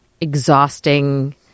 exhausting